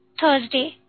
Thursday